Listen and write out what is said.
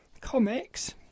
comics